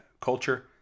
culture